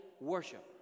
worship